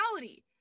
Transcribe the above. reality